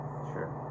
Sure